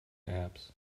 apps